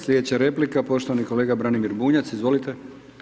Slijedeća replika poštovani kolega Branimir Bunjac, izvolite.